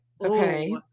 okay